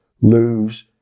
lose